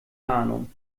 ahnung